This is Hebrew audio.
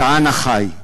כהנא חי.